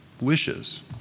wishes